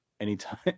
Anytime